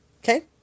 Okay